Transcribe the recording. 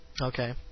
Okay